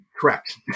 correct